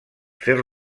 fer